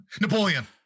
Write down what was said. Napoleon